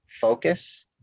focus